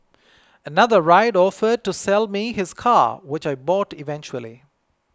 another rider offered to sell me his car which I bought eventually